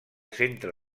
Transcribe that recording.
centre